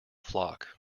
flock